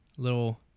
Little